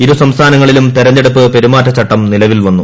ഇരു സംസ്ഥാനങ്ങളിലും തെരഞ്ഞെടുപ്പ് പെരുമാറ്റച്ചട്ടം നിലവിൽ വന്നു